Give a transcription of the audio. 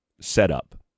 setup